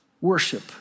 worship